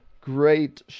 great